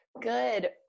Good